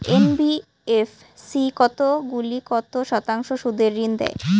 NBFC কতগুলি কত শতাংশ সুদে ঋন দেয়?